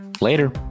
Later